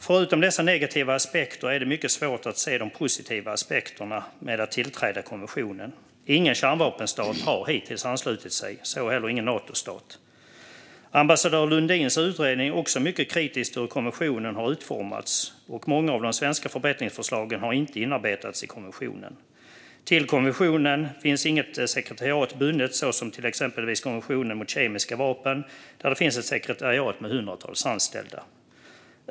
Förutom dessa negativa aspekter är det mycket svårt att se de positiva aspekterna med att tillträda konventionen. Ingen kärnvapenstat har hittills anslutit sig, så heller ingen Natostat. Ambassadör Lundins utredning är också mycket kritisk till hur konventionen har utformats. Många av de svenska förbättringsförslagen har inte inarbetats i konventionen. Till konventionen finns inget sekretariat bundet såsom till exempel konventionen mot kemiska vapen, där det finns ett sekretariat med hundratals anställda.